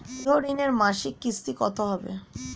গৃহ ঋণের মাসিক কিস্তি কত হবে?